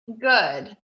good